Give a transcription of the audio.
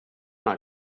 not